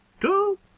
two